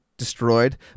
destroyed